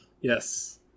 Yes